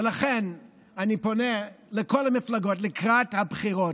ולכן אני פונה לכל המפלגות: לקראת הבחירות,